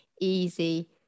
easy